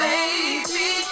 Baby